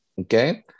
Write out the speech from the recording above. Okay